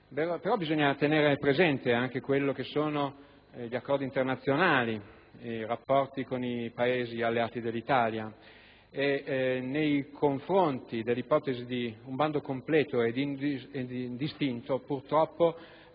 però, tenere presente anche gli accordi internazionali e i rapporti con i Paesi alleati dell'Italia: nei confronti dell'ipotesi di un bando completo ed indistinto, purtroppo,